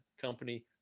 company